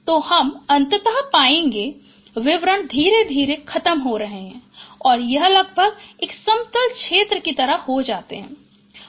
तो हम अंततः पाएंगे विवरण धीरे धीरे ख़तम हो रहे हैं और यह लगभग एक समतल क्षेत्र की तरह हो जाता है